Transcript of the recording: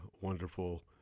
wonderful